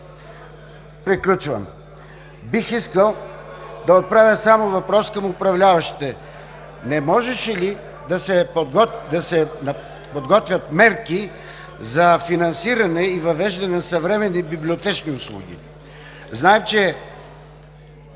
Приключвам. Бих искал да отправя само въпрос към управляващите: не можеше ли да се подготвят мерки за финансиране и въвеждане на съвременни библиотечни услуги? Знаем, че…